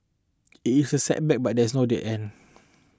it is a setback but there is no dead end